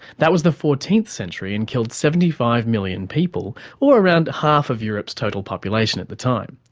that was the fourteenth century, and killed seventy five million people, or around half of europe's total population at the time.